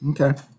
Okay